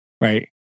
Right